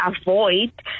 avoid